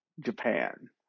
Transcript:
Japan